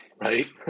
right